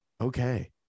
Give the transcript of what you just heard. okay